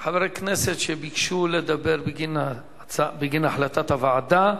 חברי הכנסת שביקשו לדבר בגין החלטת הוועדה.